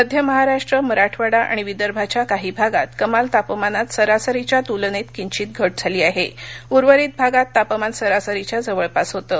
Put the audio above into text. मध्य महाराष्ट्र मराठवाडाआणि विदर्भाच्या काही भागात कमाल तापमानात सरासरीच्या तूलन किषित घट झाली आह उर्वरित भागात तापमान सरासरीच्या जवळपास होतं